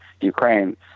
Ukraine